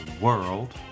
world